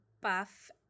buff